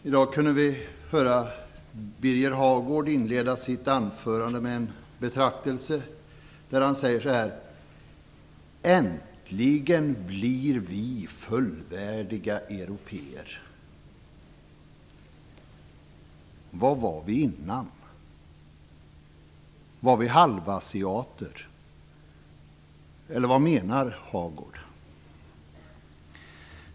I dag kunde vi höra Birger Hagård inleda sitt anförande med en betraktelse, där han sade så här: Äntligen blir vi fullvärdiga européer. Vad var vi innan? Var vi halvasiater, eller vad menar Hagård?